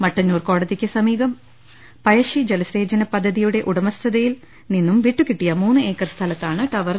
മട്ടന്നൂർ കോടതിക്ക് സമീപം പഴശ്ശി ജലസേചന പദ്ധതിയുടെ ഉടമസ്ഥതയിൽനിന്നും വിട്ടുകിട്ടിയ മൂന്ന് ഏക്കർ സ്ഥലത്താണ് ടവർ നിർമിക്കുക